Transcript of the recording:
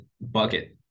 bucket